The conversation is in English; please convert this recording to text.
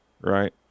right